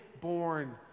born